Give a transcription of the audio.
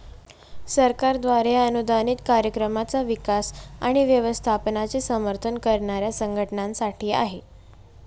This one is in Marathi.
सरकारद्वारे अनुदानित कार्यक्रमांचा विकास आणि व्यवस्थापनाचे समर्थन करणाऱ्या संघटनांसाठी आहे